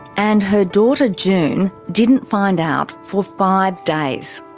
and her daughter june didn't find out for five days.